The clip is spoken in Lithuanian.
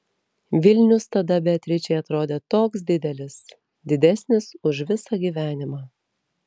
vilnius tada beatričei atrodė toks didelis didesnis už visą gyvenimą